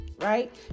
right